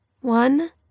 One